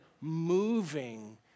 moving